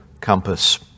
compass